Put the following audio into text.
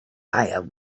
buyer